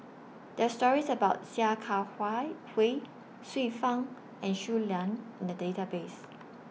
There Are stories about Sia Kah Hui Xiu Fang and Shui Lan in The Database